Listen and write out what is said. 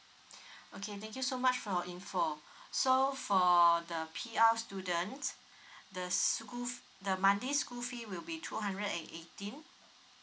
okay thank you so much for your info so for the P_R students the scho~ the monday school fee will be two hundred and eighteen